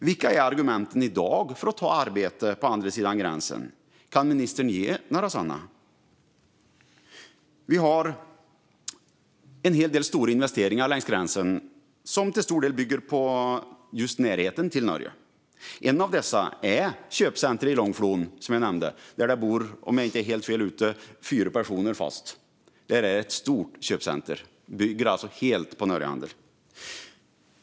Vilka är argumenten i dag för att ta arbete på andra sidan gränsen? Kan ministern ge några sådana? Vi har en hel del stora investeringar längs gränsen som till stor del bygger på just närheten till Norge. En av dessa är det köpcentrum i Långflon som jag nämnde. Det är fyra personer som är fast boende där, om jag inte är helt fel ute. Detta är ett stort köpcentrum, och det bygger alltså helt på Norgehandeln.